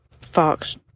fox